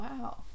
Wow